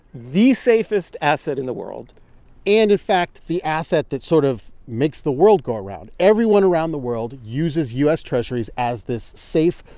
the safest asset in the world and, in fact, the asset that sort of makes the world go round. everyone around the world uses u s. treasurys as this safe,